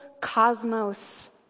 cosmos